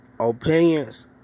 Opinions